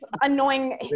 annoying